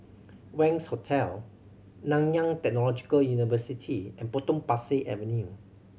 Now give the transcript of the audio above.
Wangz Hotel Nanyang Technological University and Potong Pasir Avenue